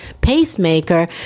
pacemaker